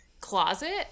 Closet